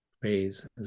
Praise